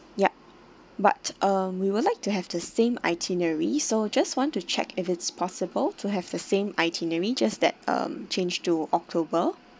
yup but uh we would like to have the same itinerary so just want to check if it's possible to have the same itinerary just that um change to october